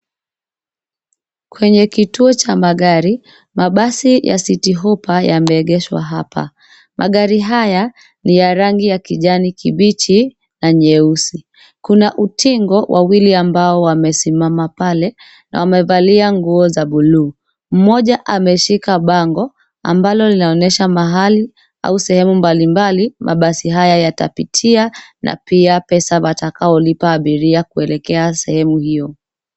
Kwenye kituo cha magari, mabasi ya City Hoppa yameegeshwa hapa. Magari haya ni ya rangi ya kijani kibichi na nyeusi. Kuna utingo wawili ambao wamesimama pale na wamevalia nguo za buluu. Mmoja ameshika bango ambalo linaonyesha mahali au sehemu mbalimbali mabasi haya yatapitia na pia pesa watakao lipa abiria kuelekea sehemu hiyo.